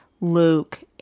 Luke